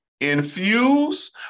infuse